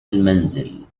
المنزل